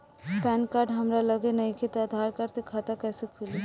Pan card हमरा लगे नईखे त आधार कार्ड से खाता कैसे खुली?